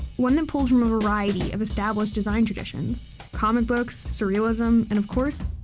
one that pulled from a variety of established design traditions comic books, surrealism, and, of course,